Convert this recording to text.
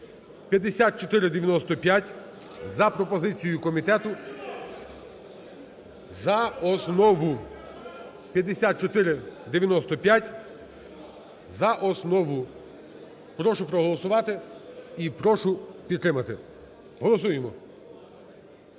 (5495) за пропозицією комітету за основу. 5495 за основу. Прошу проголосувати і прошу підтримати. Голосуємо.